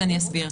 אני אסביר.